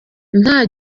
nta